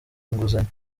inguzanyo